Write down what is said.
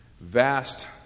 vast